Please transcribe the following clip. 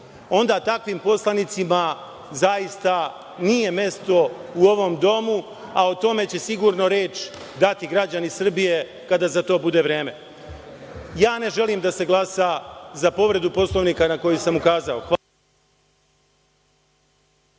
onda takvim poslanicima zaista nije mesto u ovom domu, a o tome će sigurno reč dati građani Srbije kada za to bude vreme. Ne želim da se glasa za povredu Poslovnika na koju sam ukazao.